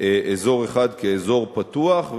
אזור אחד כאזור פתוח,